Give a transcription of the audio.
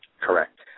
Correct